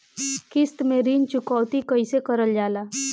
किश्त में ऋण चुकौती कईसे करल जाला?